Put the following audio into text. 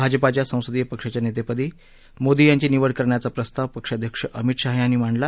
भाजपाच्या संसदीय पक्षाच्या नेतेपदी मोदी यांची निवड करण्याचा प्रस्ताव पक्षाध्यक्ष अमित शहा यांनी मांडला